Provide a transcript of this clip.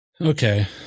Okay